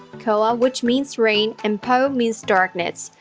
kaua, which means rain and po, means darkness,